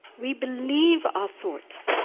we believe our thoughts.